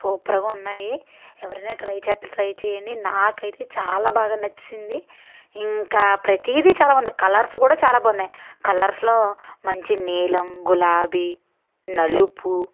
సూపర్గా ఉన్నాయి ఎవరైనా ట్రై చేస్తే ట్రై చేయండి నాకైతే చాలా బాగా నచ్చేసింది ఇంకా ప్రతీది చాలా బాగుంది కలర్స్ కూడా చాలా బాగున్నాయి కలర్స్లో మంచి నీలం గులాబీ నలుపు